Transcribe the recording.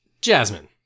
Jasmine